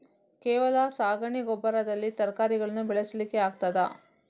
ಕೇವಲ ಸಗಣಿ ಗೊಬ್ಬರದಲ್ಲಿ ತರಕಾರಿಗಳನ್ನು ಬೆಳೆಸಲಿಕ್ಕೆ ಆಗ್ತದಾ?